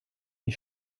die